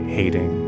hating